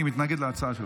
אני מתנגד להצעה שלך.